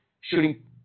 shooting